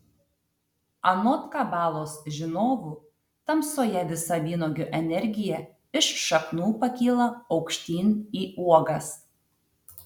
anot kabalos žinovų tamsoje visa vynuogių energija iš šaknų pakyla aukštyn į uogas